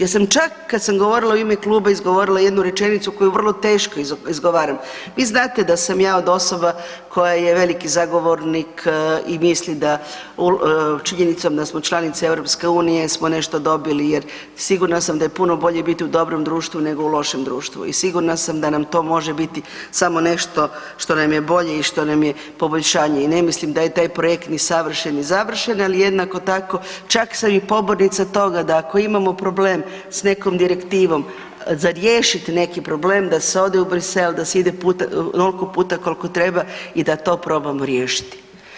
Ja sam čak kada sam govorila u ime kluba izgovorila jednu rečenicu koju vrlo teško izgovaram, vi znate da sam ja od osoba koja je veliki zagovornik i misli da činjenicom da smo članica EU smo nešto dobili jer sigurna sam da je puno bolje biti u dobrom društvu nego u lošem društvu i sigurna sam da nam to može biti samo nešto što nam je bolje i što nam je poboljšanje i ne mislim da je taj projekt ni savršen, ni završen, ali jednako tako čak sam i pobornica toga da ako imamo problem s nekom direktivom za riješiti neki problem da se ode u Bruxelles, da se ide onoliko puta koliko treba i da to probamo riješiti.